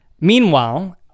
Meanwhile